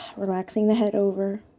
relaxing the head over.